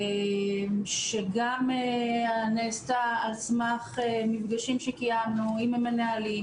שגם נעשתה על סמך מפגשים שקיימנו עם המנהלים,